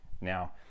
Now